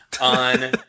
On